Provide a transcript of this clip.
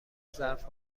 ظرف